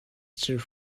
serves